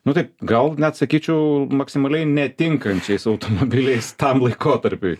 nu taip gal net sakyčiau maksimaliai netinkančiais automobiliais tam laikotarpiui